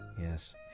Yes